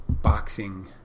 boxing